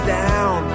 down